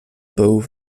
bouw